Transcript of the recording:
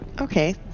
Okay